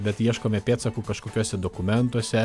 bet ieškome pėdsakų kažkokiuose dokumentuose